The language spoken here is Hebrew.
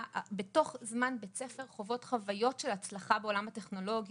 בתוך זמן בית הספר חוות חוויה של הצלחה בעולם הטכנולוגיה,